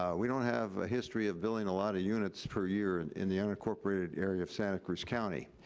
um we don't have a history of building a lot of units per year and in the unincorporated area of santa cruz county.